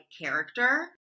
character